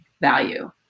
value